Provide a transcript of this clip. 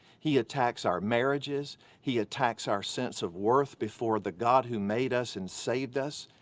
he attacks our marriages, he attacks our sense of worth before the god who made us and saved us.